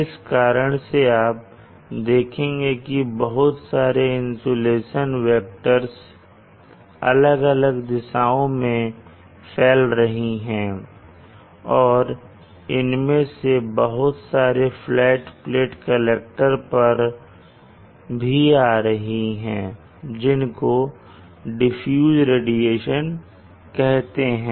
इस कारण से आप देखेंगे कि बहुत सारे इंसुलेशन वेक्टर्स अलग अलग दिशाओं में फैल रही हैं और इनमें से बहुत सारे फ्लैट प्लेट कलेक्टर पर भी आ रही हैं जिनको डिफ्यूज्ड रेडिएशन कहते हैं